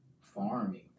farming